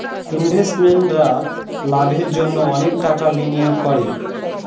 ইনভেস্টাররা লাভের জন্য অনেক টাকা বিনিয়োগ করে